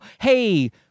hey